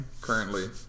Currently